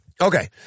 okay